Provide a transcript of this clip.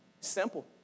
Simple